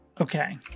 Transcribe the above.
Okay